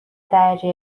درجه